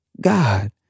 God